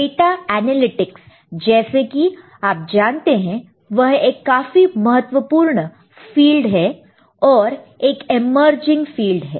data analytics जैसे कि आप जानते हैं वह एक काफी महत्वपूर्ण फील्ड है और एक इमर्जिंग फील्ड है